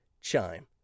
Chime